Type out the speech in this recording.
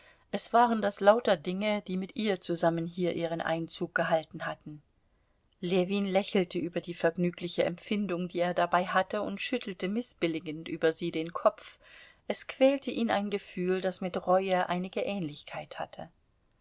es waren das lauter dinge die mit ihr zusammen hier ihren einzug gehalten hatten ljewin lächelte über die vergnügliche empfindung die er dabei hatte und schüttelte mißbilligend über sie den kopf es quälte ihn ein gefühl das mit reue einige ähnlichkeit hatte